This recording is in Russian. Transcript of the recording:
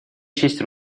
честь